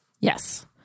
Yes